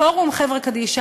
פורום חברות קדישא,